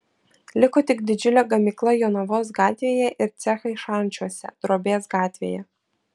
liko tik didžiulė gamykla jonavos gatvėje ir cechai šančiuose drobės gatvėje